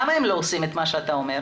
למה הם לא עושים את מה שאתה אומר?